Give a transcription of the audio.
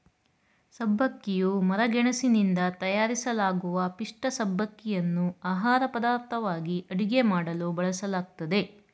ಸಬ್ಬಕ್ಕಿಯು ಮರಗೆಣಸಿನಿಂದ ತಯಾರಿಸಲಾಗುವ ಪಿಷ್ಠ ಸಬ್ಬಕ್ಕಿಯನ್ನು ಆಹಾರಪದಾರ್ಥವಾಗಿ ಅಡುಗೆ ಮಾಡಲು ಬಳಸಲಾಗ್ತದೆ